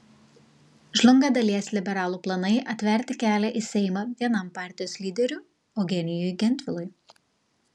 žlunga dalies liberalų planai atverti kelią į seimą vienam partijos lyderių eugenijui gentvilui